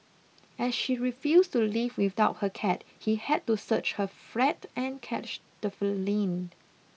as she refused to leave without her cat he had to search her flat and catch the feline